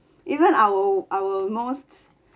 even our our most